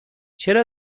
چرا